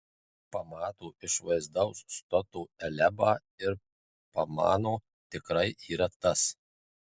pamato išvaizdaus stoto eliabą ir pamano tikrai yra tas